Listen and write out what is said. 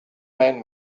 men